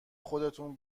خودتون